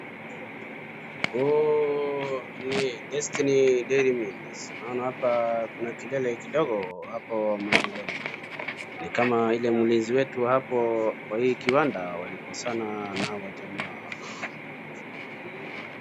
Huu ni Destiny Dairy Mills , naona hapa kuna kelele kidogo mlangoni ni kama hii mlinzi wetu hapo wa hii kiwanda walikosana na hawa jamaa.